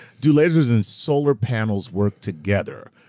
do lasers and solar panels work together?